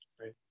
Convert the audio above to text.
right